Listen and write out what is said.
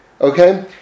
okay